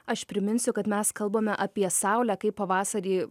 aš priminsiu kad mes kalbame apie saulę kaip pavasarį